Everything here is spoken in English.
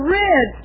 red